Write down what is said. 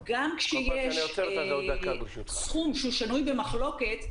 גם כשיש סכום ששנוי במחלוקת,